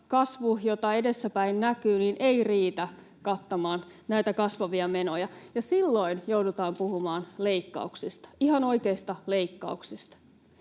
kasvu, jota edessäpäin näkyy, ei riitä kattamaan näitä kasvavia menoja, ja silloin joudutaan puhumaan leikkauksista, ihan oikeista leikkauksista.